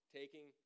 taking